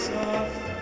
soft